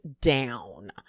down